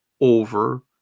over